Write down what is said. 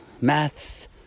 maths